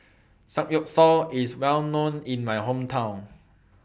Samgeyopsal IS Well known in My Hometown